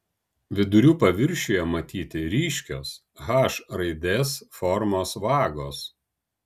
vidurių paviršiuje matyti ryškios h raidės formos vagos